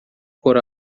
por